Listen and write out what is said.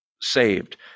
saved